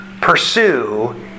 pursue